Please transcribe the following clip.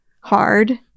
hard